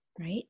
Right